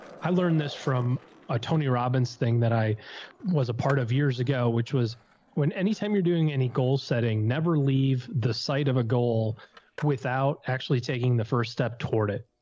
i learned this from a tony robbins thing that i was a part of years ago, which was when anytime you're doing any goal setting, never leave the sight of a goal without actually taking the first step toward it.